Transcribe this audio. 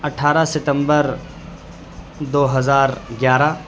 اٹھارہ ستمبر دو ہزار گیارہ